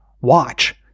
Watch